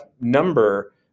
number